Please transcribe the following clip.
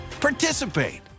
participate